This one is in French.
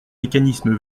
mécanisme